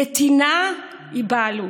נתינה היא בעלות.